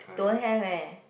don't have eh